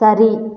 சரி